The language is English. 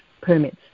permits